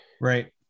Right